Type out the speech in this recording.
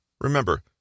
remember